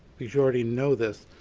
because you already know this.